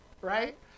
right